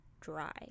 dry